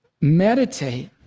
meditate